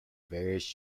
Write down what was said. various